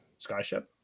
skyship